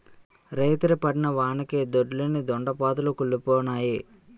రేతిరి పడిన వానకి దొడ్లోని దొండ పాదులు కుల్లిపోనాయి